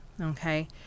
Okay